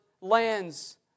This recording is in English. lands